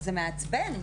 זה מעצבן.